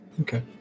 Okay